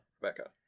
Rebecca